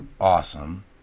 Awesome